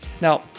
Now